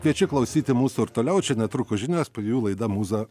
kviečiu klausyti mūsų ir toliau čia netrukus žinios po jų laida mūza